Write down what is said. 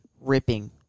Ripping